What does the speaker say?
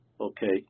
okay